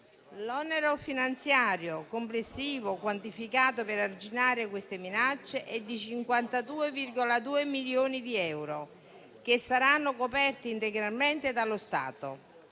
L'onere finanziario complessivo quantificato per arginare queste minacce è di 52,2 milioni di euro, che saranno coperti integralmente dallo Stato.